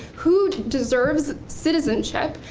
who deserves citizenship,